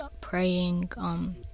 praying